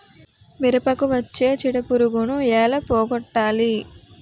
మిరపకు వచ్చే చిడపురుగును ఏల పోగొట్టాలి?